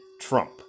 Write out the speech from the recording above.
Trump